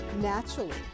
naturally